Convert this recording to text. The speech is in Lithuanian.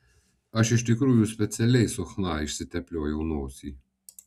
aš iš tikrųjų specialiai su chna išsitepliojau nosį